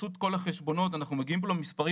תעשו את החשבון אנחנו מגיעים פה למספרים